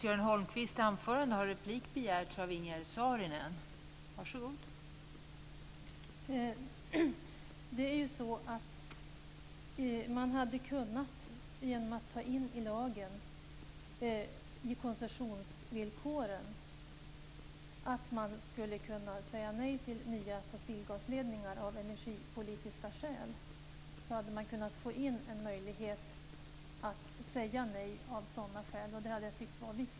Fru talman! Genom att i koncessionsvillkoren i lagen ta in att man skulle kunna säga nej till nya fossilgasledningar av energipolitiska skäl hade man fått en möjlighet att säga nej av sådana skäl. Jag tycker att det hade varit viktigt.